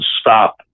stop